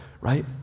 right